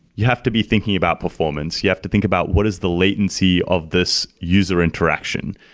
you have to be thinking about performance. you have to think about what is the latency of this user interaction.